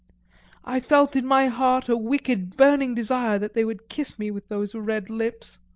i felt in my heart a wicked, burning desire that they would kiss me with those red lips.